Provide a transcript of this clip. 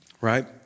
Right